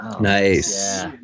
Nice